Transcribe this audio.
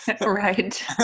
right